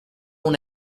una